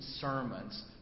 sermons